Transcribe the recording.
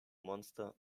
monster